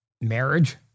marriage